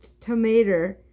tomato